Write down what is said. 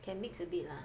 can mix a bit lah